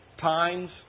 times